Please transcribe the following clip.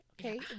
okay